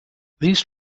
these